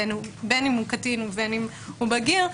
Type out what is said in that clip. בין אם הוא קטין ובין אם הוא בגיר,